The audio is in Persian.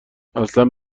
اصلن